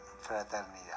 fraternidad